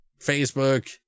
Facebook